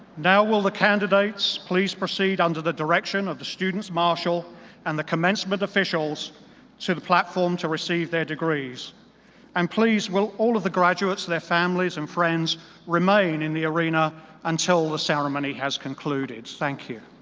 now will the candidates please proceed under the direction of the student's marshal and the commencement officials to the platform to receive their degrees? and please, will all of the graduates, their families and friends remain in the arena until the ceremony has concluded? thank you.